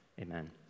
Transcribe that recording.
Amen